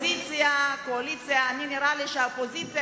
נראה לי שהאופוזיציה,